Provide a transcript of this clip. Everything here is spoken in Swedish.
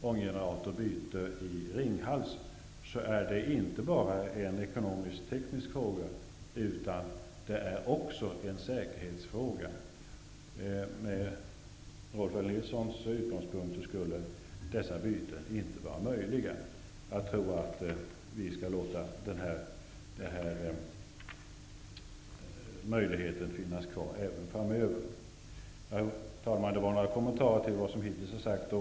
Ånggeneratorbytena i Ringhals är inte bara en ekonomisk-teknisk fråga, utan det är också en säkerhetsfråga. Med Rolf L Nilsons utgångspunkt skulle dessa byten inte vara möjliga. Jag tror att vi skall låta den möjligheten finnas kvar även framöver. Herr talman! Det var några kommentarer till vad som hittills har sagts.